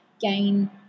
gain